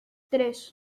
tres